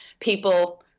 People